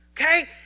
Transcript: okay